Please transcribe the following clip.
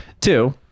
Two